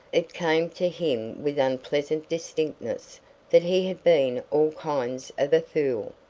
it came to him with unpleasant distinctness that he had been all kinds of a fool.